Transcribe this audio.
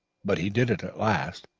but he did it at last,